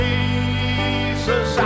Jesus